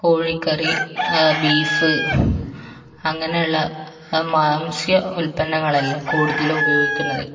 കോഴിക്കറി ബീഫ് അങ്ങനെയുള്ള മാംസ്യ ഉൽപ്പന്നങ്ങളല്ലേ കൂടുതലും ഉപയോഗിക്കുന്നത്